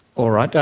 alright.